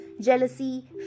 jealousy